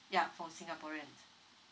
yup for singaporean